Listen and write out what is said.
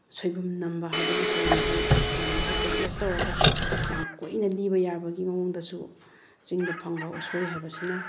ꯁꯣꯏꯕꯨꯝ ꯅꯝꯕ ꯍꯥꯏꯗꯅ ꯁꯣꯏꯕꯨꯝꯁꯦ ꯊꯝꯃꯒ ꯄꯦꯀꯦꯖ ꯇꯧꯔꯒ ꯌꯥꯝ ꯀꯨꯏꯅ ꯂꯤꯕ ꯌꯥꯕꯒꯤ ꯃꯑꯣꯡꯗꯁꯨ ꯆꯤꯡꯗ ꯐꯪꯕ ꯎꯁꯣꯏ ꯍꯥꯏꯕꯁꯤꯅ